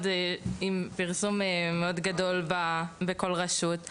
שיפורסם באופן גדול ברשויות המקומיות,